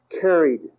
carried